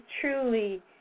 truly